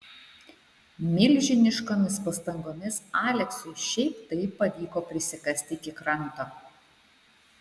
milžiniškomis pastangomis aleksui šiaip taip pavyko prisikasti iki kranto